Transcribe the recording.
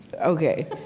Okay